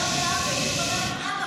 כי גם אני ייצגתי ילדים וראיתי איך